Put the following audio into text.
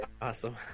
awesome